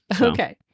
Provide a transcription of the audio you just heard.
Okay